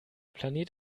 planet